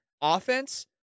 offense